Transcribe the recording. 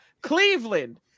Cleveland